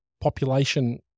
population